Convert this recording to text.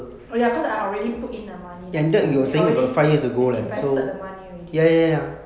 oh ya cause I I already put in the money and they already they invested the money already [what]